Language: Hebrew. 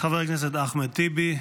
חבר הכנסת אחמד טיבי,